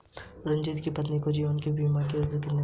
रंजित की पत्नी को जीवन ज्योति बीमा के कितने पैसे मिले?